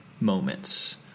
moments